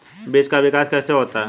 बीज का विकास कैसे होता है?